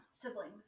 siblings